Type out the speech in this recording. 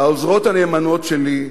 לעוזרות הנאמנות שלי,